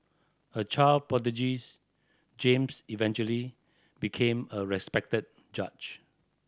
a child prodigies James eventually became a respected judge